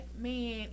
man